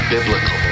Biblical